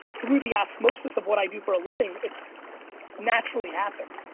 through the osmosis of what i do for a living, it naturally happened.